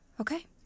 Okay